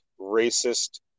racist